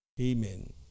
Amen